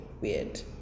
weird